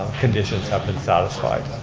conditions have been satisfied.